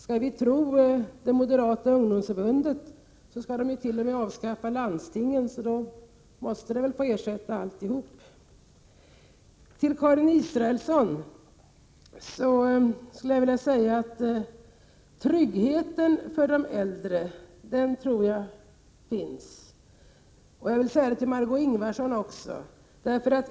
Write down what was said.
Skall vi tro det moderata ungdomsförbundet skall man t.o.m. avskaffa landstingen — då måste väl försäkringen helt få ersätta landstingsskatten. Till Karin Israelsson vill jag säga att jag tror att tryggheten för de äldre finns. Det vill jag säga också till Margé Ingvardsson.